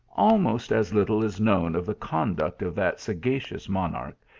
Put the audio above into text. almost as little is known of the conduct of that sagacious monarch,